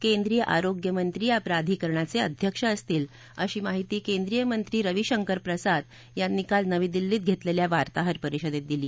केंद्रीय आरोग्य मंत्री या प्राधिकरणाचे अध्यक्ष असतील अशी माहिती केंद्रीय मंत्री रविशंकर प्रसाद यांनी काल नवी दिल्लीत घेतलेल्या वार्ताहरपरिषदेत दिली